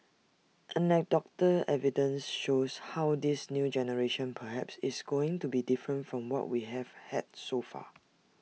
anecdotal evidence shows how this new generation perhaps is going to be different from what we have had so far